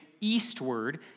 eastward